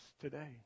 today